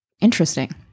interesting